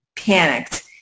panicked